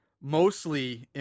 Mostly